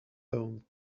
own